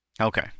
Okay